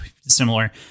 similar